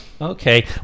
Okay